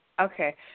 okay